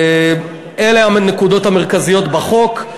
אלה הנקודות המרכזיות בחוק.